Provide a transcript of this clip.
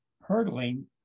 hurdling